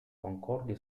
concordi